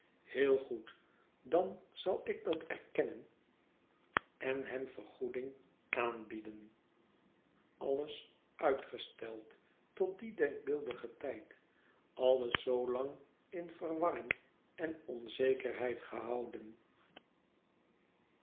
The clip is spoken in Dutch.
heel goed dan zal ik dat erkennen en hem vergoeding aanbieden alles uitgesteld tot dien denkbeeldigen tijd alles zoolang in verwarring en onzekerheid gehouden